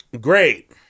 Great